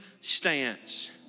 stance